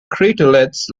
craterlets